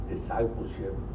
Discipleship